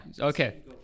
Okay